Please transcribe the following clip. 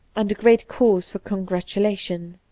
and a great cause for congratulation.